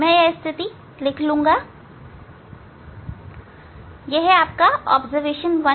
मैं यह स्थिति लिख लूंगा अवलोकन 1